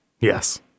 Yes